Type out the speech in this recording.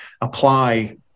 apply